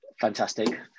fantastic